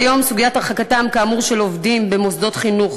כיום סוגיית הרחקתם כאמור של עובדים במוסדות חינוך,